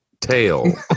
tail